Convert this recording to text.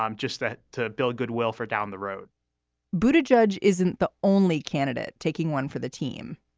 um just that to build goodwill for down the road but judge isn't the only candidate taking one for the team.